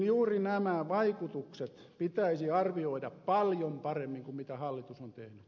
juuri nämä vaikutukset pitäisi arvioida paljon paremmin kuin hallitus on tehnyt